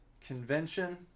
Convention